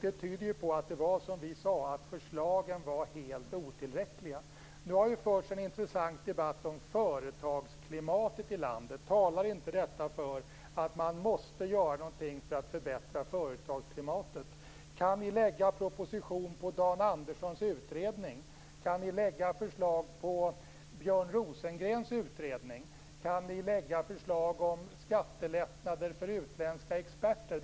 Det tyder ju på att det var som vi sade, att förslagen var helt otillräckliga. Nu har det ju förts en intressant debatt om företagsklimatet i landet. Talar inte detta för att man måste göra något för att förbättra företagsklimatet? Dan Anderssons utredning? Kan ni lägga fram förslag med anledning av Björn Rosengrens utredning? Kan ni lägga fram förslag om skattelättnader för utländska experter?